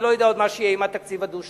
אני לא יודע עוד מה יהיה עם התקציב הדו-שנתי,